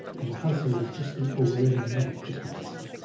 and the householders just think, oh, we're earning merit just by listening.